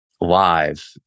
live